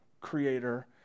creator